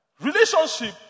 Relationship